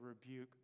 rebuke